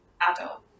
adult